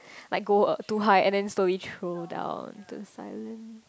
like go uh too high and then it throw down to silent